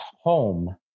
home